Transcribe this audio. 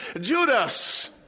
Judas